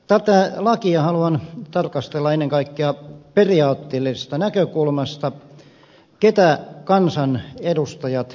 tätä lakia haluan tarkastella ennen kaikkea periaatteellisesta näkökulmasta ketä kansanedustajat edustavat